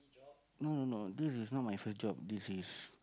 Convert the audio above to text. no no no this is not my first job this is